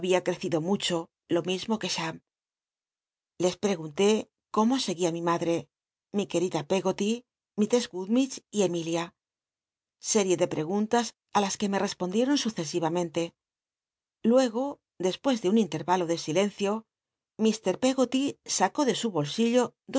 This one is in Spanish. crecido mucho lo mismo que cham les pregunté cómo seguía mi ma he mi querida pcggo y mistress gummidge y emilia série de preguntas t las que me l'espondieron sucesivamente luego despues de un intervalo de silencio lir pcggoty sacó de su bolsillo